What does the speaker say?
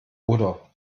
oder